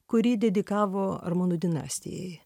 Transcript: kurį dedikavo armonų dinastijai